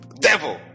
devil